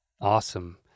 awesome